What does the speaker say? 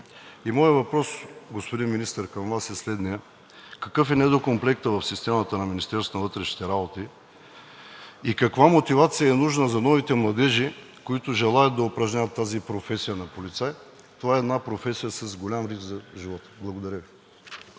моят въпрос, господин Министър, към Вас е следният: какъв е недокомплектът в системата на Министерството на вътрешните работи и каква мотивация е нужна за новите младежи, които желаят да упражняват тази професия на полицай? Това е една професия с голям риск за живота. Благодаря Ви.